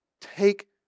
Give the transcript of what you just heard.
take